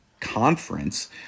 conference